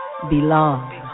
belong